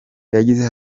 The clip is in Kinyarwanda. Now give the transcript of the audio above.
yagize